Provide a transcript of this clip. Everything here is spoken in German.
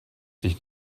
dich